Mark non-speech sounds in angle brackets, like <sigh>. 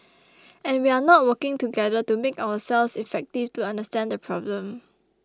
<noise> and we are not working together to make ourselves effective to understand the problem